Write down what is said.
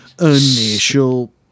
Initial